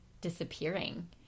disappearing